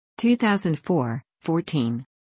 2004-14